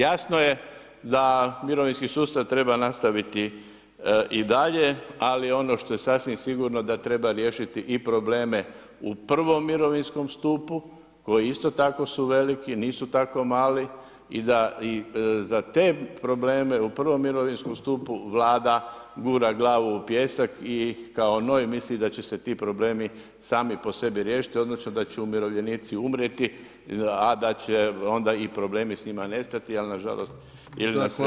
Jasno je da mirovinski sustav treba nastaviti i dalje, ali ono što je sasvim sigurno da treba riješiti i probleme u I. mirovinskom stupu koji isto tako su veliki, nisu tako mali i da za te probleme u I. mirovinskom stupu Vlada gura glavu u pijesak i kao noj misli da će se ti problemi sami po sebi riješiti, odnosno da će umirovljenici umrijeti, a da će onda problemi s njima nestati, ali nažalost ili na sreću nije tako.